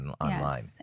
online